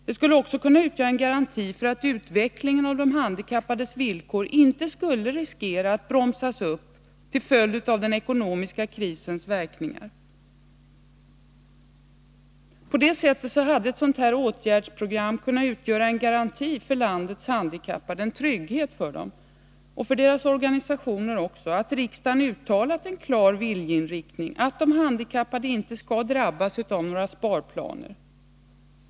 Det skulle också kunna utgöra en garanti för att utvecklingen av de handikappades villkor inte skulle riskera att bromsas upp till följd av den ekonomiska krisens verkningar. På det sättet hade ett sådant åtgärdsprogram kunnat utgöra en garanti, en trygghet, för landets handikappade och deras organisationer — att riksdagen uttalat en klar viljeinriktning att de handikappade inte skall drabbas'av några sparplaner.